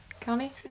county